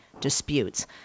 disputes